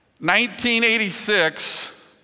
1986